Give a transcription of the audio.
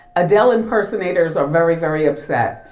adele impersonators are very, very upset.